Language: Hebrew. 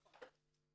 נכון.